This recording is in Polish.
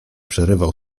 przerywał